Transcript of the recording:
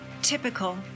Typical